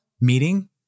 meeting